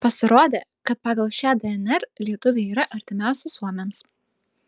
pasirodė kad pagal šią dnr lietuviai yra artimiausi suomiams